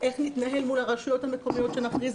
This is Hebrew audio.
איך נתנהל מול הרשויות המקומיות שנכריז